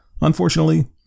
Unfortunately